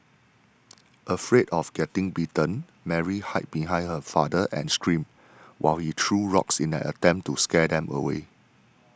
afraid of getting bitten Mary hid behind her father and screamed while he threw rocks in an attempt to scare them away